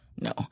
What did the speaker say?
No